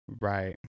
right